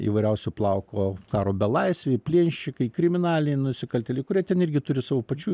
įvairiausio plauko karo belaisviai plėšikai kriminaliniai nusikaltėliai kurie ten irgi turi savo pačių